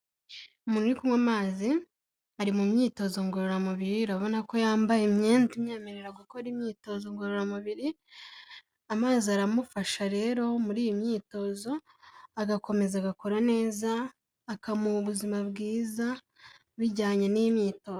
Umuntu uri kunywa amazi ari mu myitozo ngororamubiri urabona ko yambaye imyenda imwemerera gukora imyitozo ngororamubiri, amazi aramufasha rero muri iyi myitozo agakomeza agakora neza akamuha ubuzima bwiza bijyanye n'iyi myitozo.